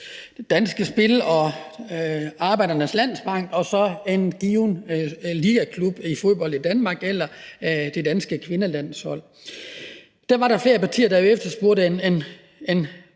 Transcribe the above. Danske Spil og Arbejdernes Landsbank og en given ligaklub i fodbold i Danmark eller med det danske kvindelandshold. Der var der flere partier, der efterspurgte en